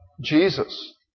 Jesus